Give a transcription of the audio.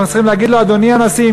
אנחנו צריכים להגיד לו: אדוני הנשיא,